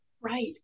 Right